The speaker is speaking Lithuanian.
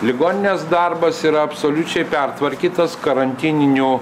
ligoninės darbas yra absoliučiai pertvarkytas karantininiu